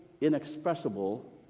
inexpressible